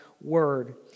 word